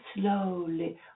slowly